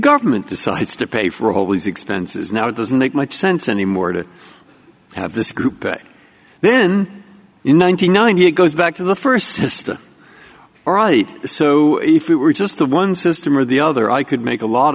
government decides to pay for all these expenses now it doesn't make much sense anymore it have this group back then in ninety nine he goes back to the st system all right so if it were just the one system or the other i could make a lot